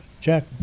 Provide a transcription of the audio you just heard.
Jack